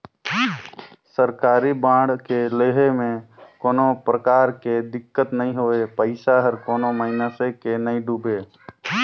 सरकारी बांड के लेहे में कोनो परकार के दिक्कत नई होए पइसा हर कोनो मइनसे के नइ डुबे